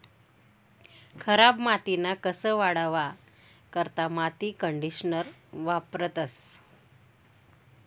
खराब मातीना कस वाढावा करता माती कंडीशनर वापरतंस